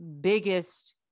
biggest